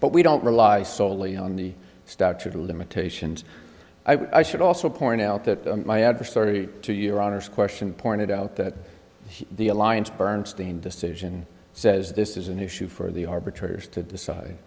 but we don't rely solely on the statute of limitations i should also point out that my adversary to your honor's question pointed out that the alliance bernstein decision says this is an issue for the